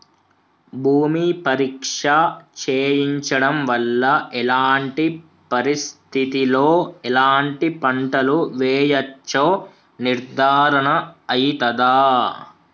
భూమి పరీక్ష చేయించడం వల్ల ఎలాంటి పరిస్థితిలో ఎలాంటి పంటలు వేయచ్చో నిర్ధారణ అయితదా?